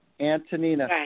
Antonina